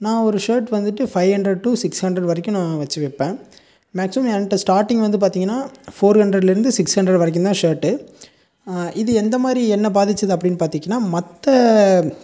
நான் ஒரு ஷேர்ட் வந்துட்டு five hundred to six hundred வரைக்கும் நான் வச்சு விப்பேன் மேக்ஸிமம் என்கிட்ட ஸ்டாடிங் வந்து பார்த்திங்கனா ஃபோர் ஹண்ட்ரட்லேருந்து சிக்ஸ் ஹண்ட்ரட் வரைக்குந்தான் ஷேர்ட் இது எந்த மாதிரி என்னை பாதிச்சது அப்படின் பார்த்துட்டினா மற்ற